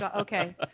Okay